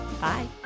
Bye